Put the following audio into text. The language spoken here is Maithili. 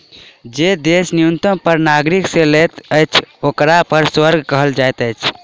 जे देश न्यूनतम कर नागरिक से लैत अछि, ओकरा कर स्वर्ग कहल जाइत अछि